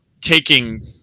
taking